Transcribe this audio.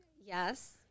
Yes